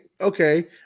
okay